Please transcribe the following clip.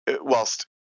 whilst